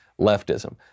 leftism